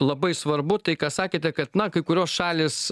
labai svarbu tai ką sakėte kad na kai kurios šalys